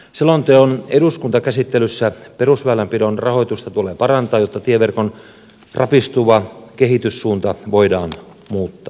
selonteon eduskuntakäsittelyssä perusväylänpidon rahoitusta tulee parantaa jotta tieverkon rapistuva kehityssuunta voidaan muuttaa